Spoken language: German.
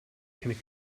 keine